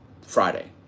friday